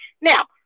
Now